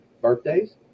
Birthdays